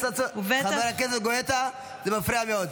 חבר הכנסת גואטה, זה מפריע מאוד.